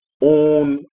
own